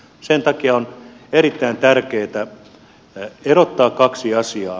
sen takia on erittäin tärkeätä erottaa kaksi asiaa